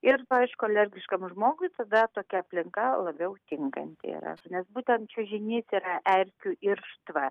ir aišku alergiškam žmogui tada tokia aplinka labiau tinkanti yra nes būtent čiužinys yra erkių irštva